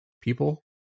people